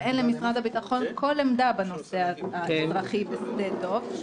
ואין למשרד הביטחון כל עמדה בנושא האזרחי בשדה דב,